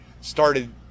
started